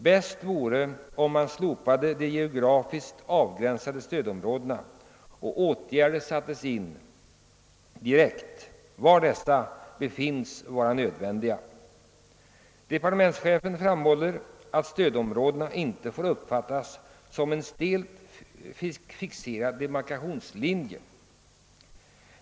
Bäst vore om man slopade de geografiskt avgränsade stödområdena och om åtgärder sattes in direkt där de befinns vara nödvändiga. Departementschefen framhåller >»att stödområdena inte får uppfattas som en stelt fixerad demarkationslinje«.